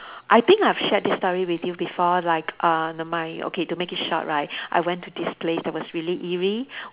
I think I've shared this story with you before like uh the my okay to make it short right I went to this place that was really eerie